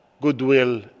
goodwill